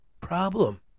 problem